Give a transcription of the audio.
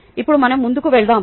ఇప్పుడు మనం ముందుకు వెళ్దాం